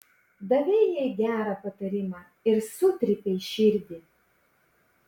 davei jai gerą patarimą ir sutrypei širdį